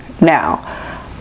Now